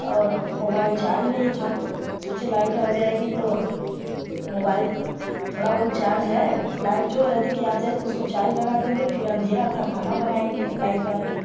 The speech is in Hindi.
और मोबाइल चार्ज नहीं था सोचे लाइट आ जाएगी तो मोबाइल थोड़ा बहुत चार्ज है लाइट जो रहता है कि आ जाए तो उसको चार्ज लगा देंगे फिर अंधेरा था खाना बनाएंगे लाइट मार कर